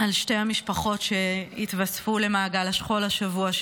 על שתי המשפחות של החטופים שהתווספו למעגל השכול השבוע,